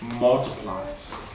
multiplies